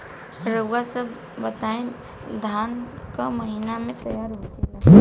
रउआ सभ बताई धान क महीना में तैयार होखेला?